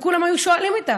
וכולם היו שואלים אותה.